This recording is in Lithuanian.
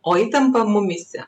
o įtampa mumyse